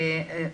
או.קיי.